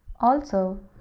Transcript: also,